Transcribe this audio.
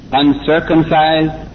uncircumcised